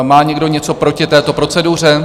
Má někdo něco proti této proceduře?